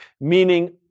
meaning